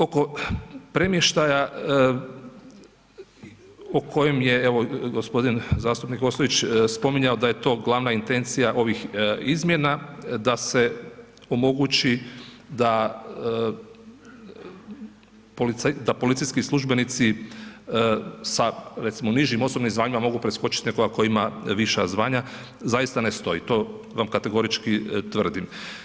Oko premještaja o kome je evo gospodin zastupnik Ostojić spominjao da je to glavna intencija ovih izmjena, da se omogući da policijski službenici sa recimo nižim osobnim zvanjima mogu preskočiti nekoga ko ima viša zvanja, zaista ne stoji, to vam kategorički tvrdim.